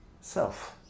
self